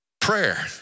Prayer